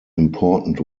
important